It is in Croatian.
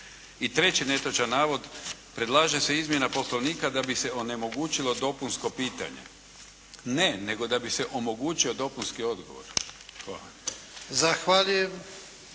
I treći netočan navod. Predlaže se izmjena Poslovnika da bi se onemogućilo dopunsko pitanje. Ne, nego da bi se omogućio dopunski odgovor. Hvala.